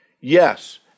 Yes